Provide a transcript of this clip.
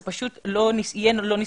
זה פשוט יהיה לא נסלח.